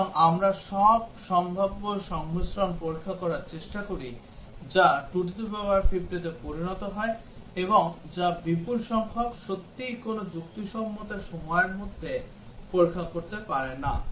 সুতরাং আমরা সব সম্ভাব্য সংমিশ্রণ পরীক্ষা করার চেষ্টা করি যা 2 to the power 50তে পরিণত হয় এবং যা বিপুল সংখ্যক সত্যিই কোন যুক্তিসঙ্গত সময়ের মধ্যে পরীক্ষা করতে পারে না